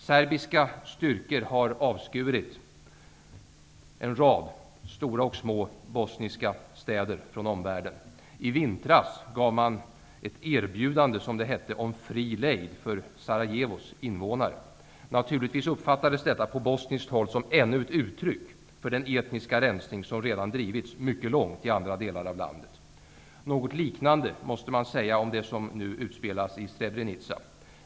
Serbiska styrkor har avskurit en rad stora och små bosniska städer från omvärlden. I vintras gav man ett erbjudande, som det hette, om fri lejd för Sarajevos invånare. Naturligtvis uppfattades detta på bosniskt håll som ännu ett uttryck för den etniska rensning som redan drivits mycket långt i andra delar av landet. Något liknande måste man säga om det som nu utspelas i Srebrenica.